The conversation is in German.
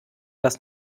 das